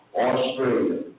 Australia